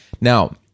Now